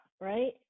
right